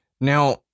now